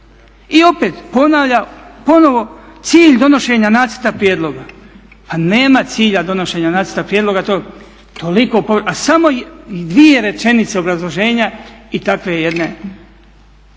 I opet ponavlja ponovo "cilj donošenja nacrta prijedloga". Pa nema cilja donošenja nacrta prijedloga, a samo dvije rečenice obrazloženja i takve jedne